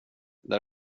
där